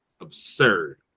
absurd